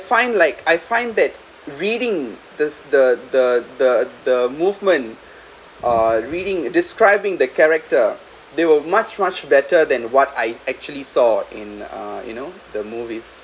find like I find that reading this the the the the movement uh reading describing the character they will much much better than what I actually saw in uh you know the movies